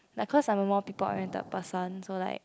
like cause I'm a more people oriented person so like